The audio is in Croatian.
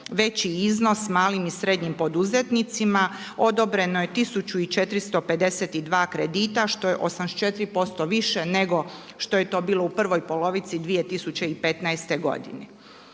veći iznos malim i srednjim poduzetnicima. Odobreno je 1452 kredita što je 84% više nego što je to bilo u prvoj polovici 2015. godine.